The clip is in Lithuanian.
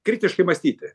kritiškai mąstyti